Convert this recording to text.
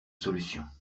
solution